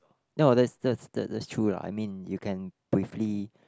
no that's that's that's that's true true lah I mean you can briefly